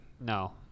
No